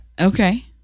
Okay